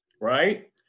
right